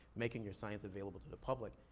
making your science available to the public,